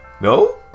No